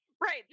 Right